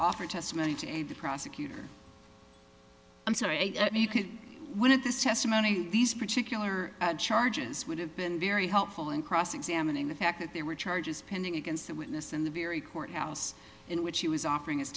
offer testimony to the prosecutor i'm sorry you can win it this testimony these particular charges would have been very helpful in cross examining the fact that there were charges pending against that witness in the very courthouse in which he was offering his